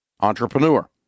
Entrepreneur